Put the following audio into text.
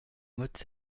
motte